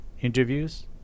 interviews